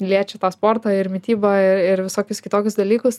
liečia tą sportą ir mitybą ir ir visokius kitokius dalykus